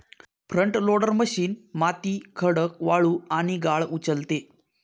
front loader machine माती, खडक, वाळू आणि गाळ उचलते